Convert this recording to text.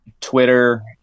Twitter